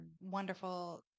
wonderful